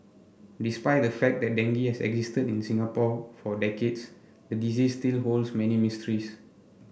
despite the fact that dengue has existed in Singapore for decades the disease still holds many mysteries